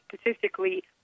statistically